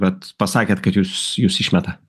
vat pasakėt kad jus jus išmeta